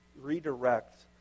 redirect